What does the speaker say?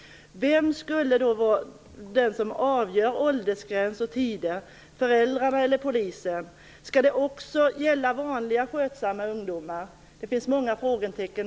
Vem skulle det vara som avgör åldersgräns och tid - polis eller föräldrar? Skall det också gälla vanliga skötsamma ungdomar? Det finns många frågetecken.